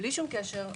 בלי קשר,